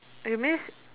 you means